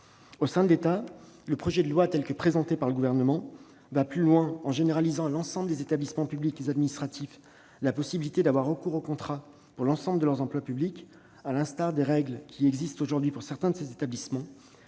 Au sein de l'État, le projet de loi, tel qu'il est présenté par le Gouvernement, va plus loin en généralisant à l'ensemble des établissements publics administratifs la possibilité de recourir au contrat pour l'ensemble de leurs emplois publics, à l'instar des règles qui existent aujourd'hui pour certains de ces établissements.